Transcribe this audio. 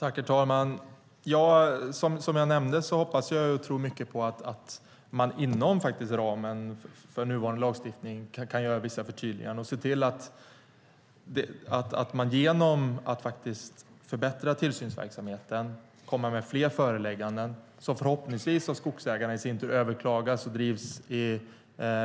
Herr talman! Som jag nämnde hoppas jag och tror mycket på att man inom ramen för nuvarande lagstiftning kan göra vissa förtydliganden. En förbättrad tillsynsverksamhet och fler förelägganden som förhoppningsvis i sin tur överklagas av skogsägarna och drivs i